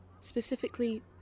Specifically